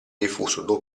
diffuso